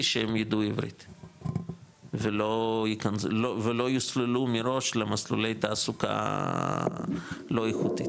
שהם ידעו עברית ולא יסללו מראש למסלולי תעסוקה לא איכותית